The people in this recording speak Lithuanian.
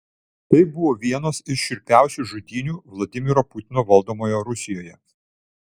tai buvo vienos iš šiurpiausių žudynių vladimiro putino valdomoje rusijoje